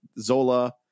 Zola